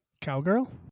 Cowgirl